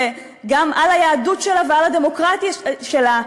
וגם היהדות שלה והדמוקרטיות שלה,